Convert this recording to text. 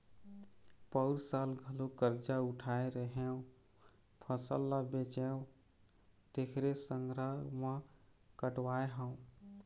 पउर साल घलोक करजा उठाय रेहेंव, फसल ल बेचेंव तेखरे संघरा म कटवाय हँव